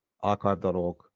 archive.org